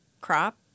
crop